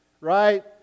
right